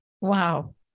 Wow